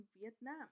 Vietnam